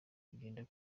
ugende